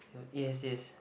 yes yes